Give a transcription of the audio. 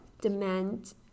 demand